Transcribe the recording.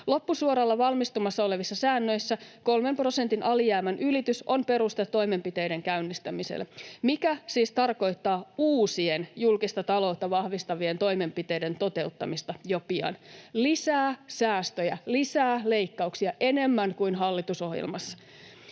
Loppusuoralla valmistumassa olevissa säännöissä kolmen prosentin alijäämän ylitys on peruste toimenpiteiden käynnistämiselle — mikä siis tarkoittaa uusien julkista taloutta vahvistavien toimenpiteiden toteuttamista jo pian. Lisää säästöjä, lisää leikkauksia enemmän kuin hallitusohjelmassa.